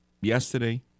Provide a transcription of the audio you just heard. yesterday